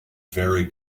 very